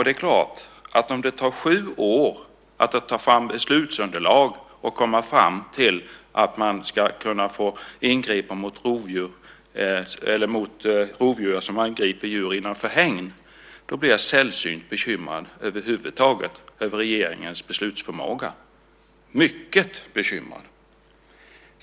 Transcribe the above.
Det är klart att om det tar sju år att ta fram ett beslutsunderlag och komma fram till att man ska kunna få ingripa mot rovdjur som angriper djur innanför hägn, då blir jag sällsynt bekymrad över regeringens beslutsförmåga över huvud taget, mycket bekymrad.